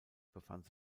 befand